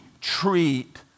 treat